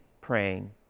praying